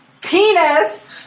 penis